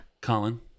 Colin